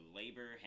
labor